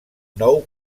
nou